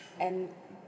and